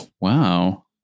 Wow